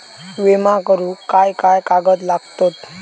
विमा करुक काय काय कागद लागतत?